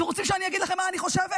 אתם רוצים שאני אגיד לכם מה אני חושבת?